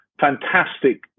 fantastic